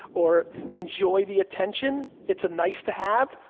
or enjoy the attention, it's a nice to have,